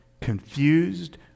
confused